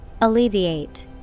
Alleviate